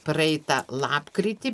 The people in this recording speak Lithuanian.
praeitą lapkritį